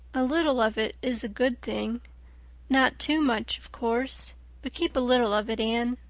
a little of it is a good thing not too much, of course but keep a little of it, anne,